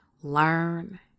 learn